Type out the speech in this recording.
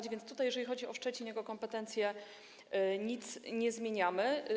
Tak więc tutaj, jeżeli chodzi o Szczecin, jego kompetencje, nic nie zmieniamy.